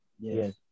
Yes